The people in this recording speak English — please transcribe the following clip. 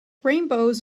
rainbows